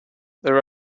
there